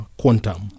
quantum